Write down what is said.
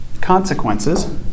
consequences